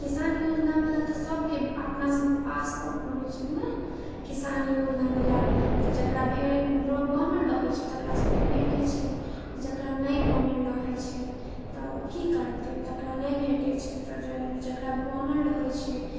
किसान योजनावाला तऽ सबके अपनासबमे पासबुक बनैत छै ने किसान योजना वाला तऽजेकरा भे बनल रहैत छै तेकरा सबके भेटैत छै जेकरा नहि बनल रहैत छै तऽ ओ की करतै तकरा नहि भेटैत छै तऽ जकरा बनल रहैत छै तकरा